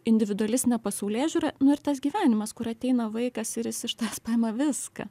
individualistinė pasaulėžiūra nu ir tas gyvenimas kur ateina vaikas ir jis iš tavęs paima viską